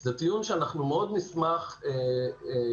זה טיעון שאנחנו מאוד נשמח להיווכח